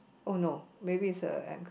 oh no maybe is a act